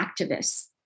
activists